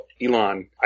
Elon